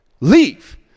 leave